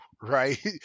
right